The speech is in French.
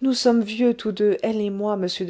nous sommes vieux tous deux elle et moi monsieur